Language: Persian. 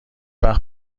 وقت